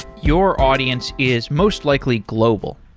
your audience is most likely global.